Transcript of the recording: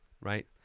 right